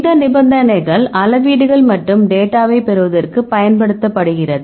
இந்த நிபந்தனைகள் அளவீடுகள் மற்றும் டேட்டாவை பெறுவதற்கு பயன்படுத்தப்படுகிறது